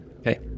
okay